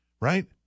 right